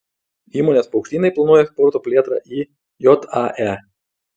įmonės paukštynai planuoja eksporto plėtrą į jae